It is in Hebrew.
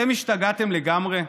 אתם השתגעתם לגמרי?